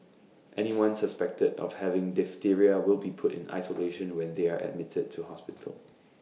anyone suspected of having diphtheria will be put in isolation when they are admitted to hospital